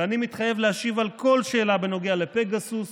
ואני מתחייב להשיב על כל שאלה בנוגע לפגסוס,